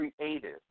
creative